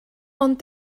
ond